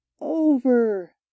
over